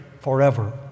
forever